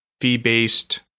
fee-based